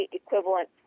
equivalent